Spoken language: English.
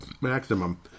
Maximum